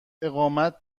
اقامت